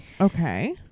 Okay